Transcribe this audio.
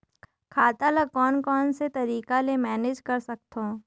खाता ल कौन कौन से तरीका ले मैनेज कर सकथव?